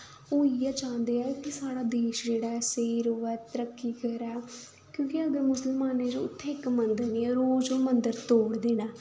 ओह् इ'यै चांह्दे ऐ कि साढ़ा देश जेह्ड़ा ऐ स्हेई रवै तरक्की करै क्योंकि अगर मुसलमानें उत्थें इक मन्दर बी ऐ रोज ओह् उत्थैं मंदर तोड़दे न